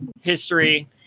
history